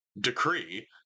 decree